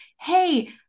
hey